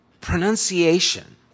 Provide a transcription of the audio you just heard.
pronunciation